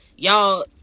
Y'all